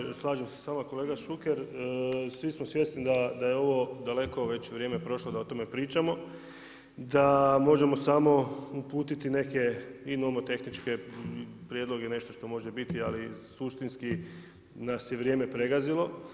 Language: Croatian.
Dapače, slažem se sa vama kolega Šuker, svi smo svjesni da je ovo daleko već vrijeme prošlo da o tome pričamo, da možemo samo uputiti i neke nomotehničke prijedloge, nešto što može biti ali suštinski nas je vrijeme pregazilo.